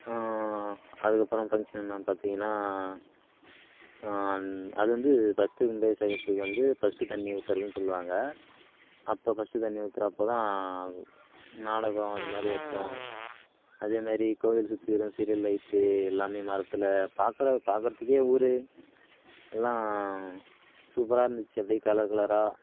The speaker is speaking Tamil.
அதுக்கப்புறம் ஃபங்க்ஷன் என்னென் பார்த்தீங்கன்னா அந் அது வந்து ஃபர்ஸ்ட்டு கும்பாபிஷேகத்துக்கு வந்து ஃபர்ஸ்ட்டு தண்ணி ஊற்றுறதுன்னு சொல்லுவாங்கள் அப்போ ஃபர்ஸ்ட்டு தண்ணி ஊற்றுறப்ப தான் நாடகம் அது மாதிரி வச்சோம் அதே மாரி கோவில் சுற்றிலும் சீரியல் லைட்டு எல்லாமே மரத்தில் பார்க்கற பார்க்கறத்துக்கே ஊர் எல்லாம் சூப்பராக இருந்துச்சு அப்படியே கலர் கலராக